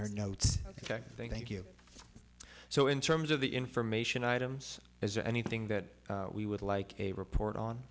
her notes ok thank you so in terms of the information items is there anything that we would like a report on